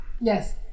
Yes